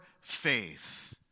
faith